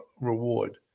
reward